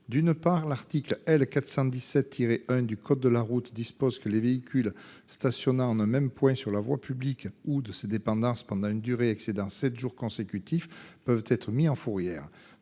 acceptables. L'article L. 417-1 du code de la route dispose que les véhicules stationnant en un même point de la voie publique ou de ses dépendances pendant une durée excédant sept jours consécutifs peuvent être mis en fourrière.